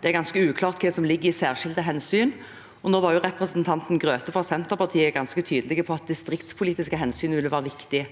det er ganske uklart hva som ligger i særskilte hensyn, og nå var representanten Grøthe fra Senterpartiet ganske tydelig på at distriktspolitiske hensyn ville være viktig.